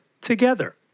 together